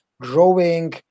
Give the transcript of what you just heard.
growing